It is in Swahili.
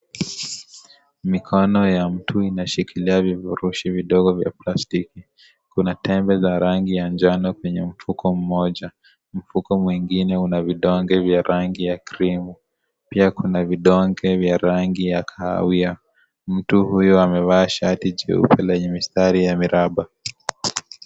Mikono ya mtu inashikilia vifurushi vidogo vya plastiki. Kuna tembe za rangi ya njano kwenye mfuko mmoja. Mfuko mwingine una vidonge vya rangi ya krimu, pia kuna vidonge vya rangi ya kahawia. Mtu huyo amevaa shati jeusi lenye mistari ya miraba.